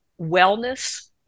wellness